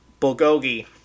bulgogi